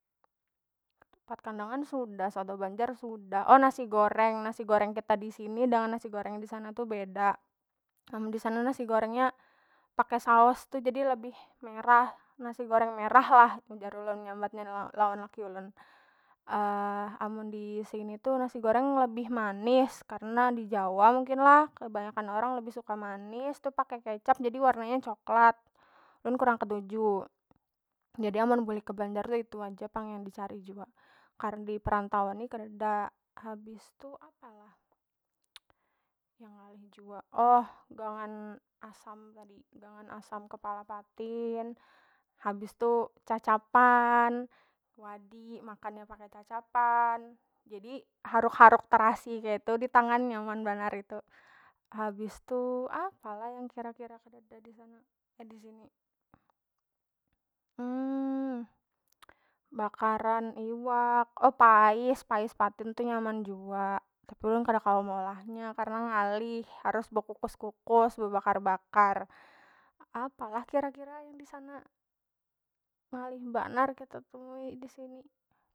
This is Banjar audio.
Ketupat kandangan sudah soto banjar sudah oh nasi goreng- nasi goreng kita disini dengan nasi goreng disana tu beda, amun disana nasi goreng nya pakai saos tu jadi lebih merah nasi goreng merah lah jar ulun nyambat lawan laki ulun amun disini tu nasi goreng lebih manis karna di jawa mungkin lah kebanyakan orang lebih suka manis tu pakai kecap jadi warna nya coklat ulun kurang ketuju. Jadi amun bulik ke banjar tu itu aja pang yang dicari jua karna diperantauan ni kareda. Habis tu apa lah yang ngalih jua oh gengan asam tadi, dengan asam kepala patin habis tu cacapan wadi makannya pakai cacapan jadi haruk- haruk terasi keitu ditangan nyaman banar itu, habis tu apa lah yang kira- kira kadada disana disini. bakaran iwak oh pais- pais patin tu nyaman jua tapi ulun kada kawa meolahnya karna ngalih harus bekukus- kukus bebakar- bakar apalah kira kira yang disana ngalih banar disini.